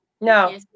No